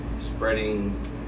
spreading